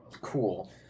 Cool